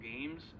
games